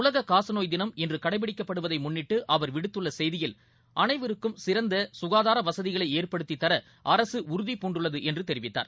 உலக காச நோய் தினம் இன்று கடைபிடிக்கப்படுவதை முன்னிட்டு அவர் விடுத்துள்ள செய்தியில் அனைவருக்கும் சிறந்த ககாதார வசதிகளை ஏற்படுத்தித்தர அரசு உறுதிபூண்டுள்ளது என்று தெரிவித்தார்